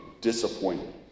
Disappointed